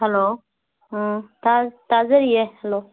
hello ꯇꯥꯏ ꯇꯥꯖꯩꯌꯦ hello